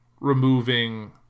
removing